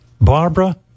barbara